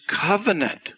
covenant